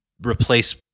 replace